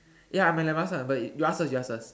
ya I might ask lah but you ask first you ask first